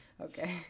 okay